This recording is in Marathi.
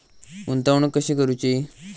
गुंतवणूक कशी करूची?